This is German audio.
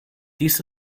dies